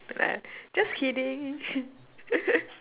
uh just kidding